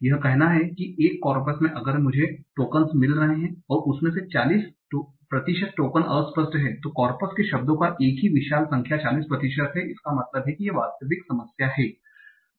यह कहना कि एक कॉर्पस में अगर मैं मुझे टोकनस मिल रहे हैं और उनमें से 40 प्रतिशत टोकन अस्पष्ट हैं जो कॉर्पस में शब्दों का एक विशाल संख्या 40 प्रतिशत है इसका मतलब है कि वास्तविक समस्या हैं